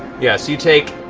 yeah so you take